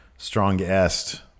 Strongest